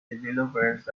developers